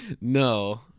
No